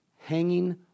hanging